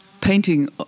painting